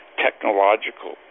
technological